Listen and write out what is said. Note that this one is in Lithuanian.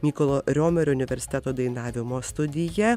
mykolo riomerio universiteto dainavimo studija